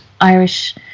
Irish